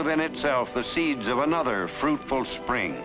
within itself the seeds of another fruitful spring